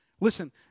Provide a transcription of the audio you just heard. Listen